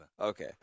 Okay